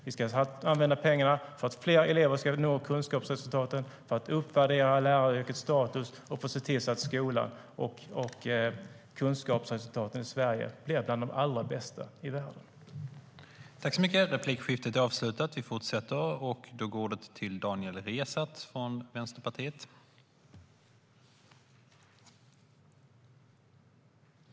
Vi ska använda pengarna så att fler elever ska nå kunskapsresultaten, för att uppvärdera läraryrkets status och för att se till att skolan och kunskapsresultaten i Sverige blir bland de allra bästa i världen.